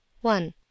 one